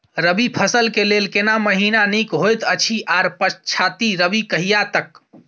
रबी फसल के लेल केना महीना नीक होयत अछि आर पछाति रबी कहिया तक?